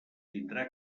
tindrà